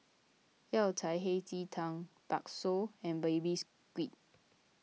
Yao Cai Hei Ji Tang Bakso and Baby Squid